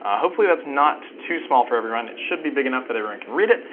ah hopefully, that's not too small for everyone. it should be big enough that everyone can read it.